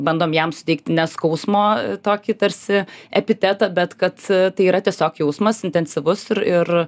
bandom jam suteikti ne skausmo tokį tarsi epitetą bet kad tai yra tiesiog jausmas intensyvus ir ir